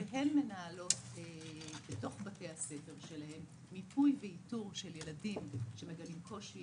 והן מנהלות בתוך בתי הספר שלהן מיפוי ואיתור של ילדים שמגלים קושי